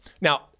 Now